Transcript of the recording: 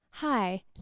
Hi